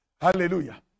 Hallelujah